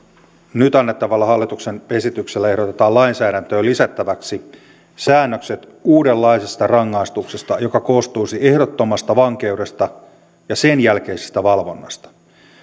nyt annettavalla hallituksen esityksellä ehdotetaan lainsäädäntöön lisättäväksi säännökset uudenlaisesta rangaistuksesta joka koostuisi ehdottomasta vankeudesta ja sen jälkeisestä valvonnasta